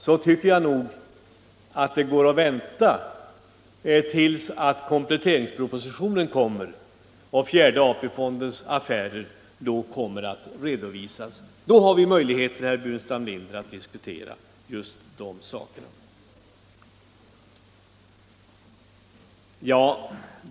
Jag tycker nog att det går att vänta tills kompletteringspropositionen kommer. Fjärde AP-fondens affärer kommer då att redovisas, och då har vi möjligheter, herr Burenstam Linder, att diskutera de spörsmålen.